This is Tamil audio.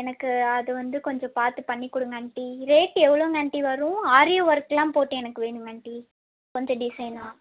எனக்கு அது வந்து கொஞ்சம் பார்த்து பண்ணிக்கொடுங்க ஆண்ட்டி ரேட்டு எவ்வளோங்க ஆண்ட்டி வரும் ஆரி ஒர்க்குலாம் போட்டு எனக்கு வேணுங்க ஆண்ட்டி கொஞ்சம் டிஸைனா